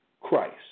Christ